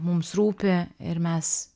mums rūpi ir mes